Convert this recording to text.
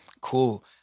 Cool